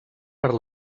per